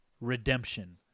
Redemption